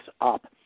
up